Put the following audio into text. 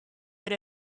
but